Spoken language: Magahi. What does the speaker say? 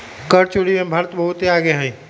कर चोरी में भारत बहुत आगे हई